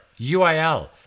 UIL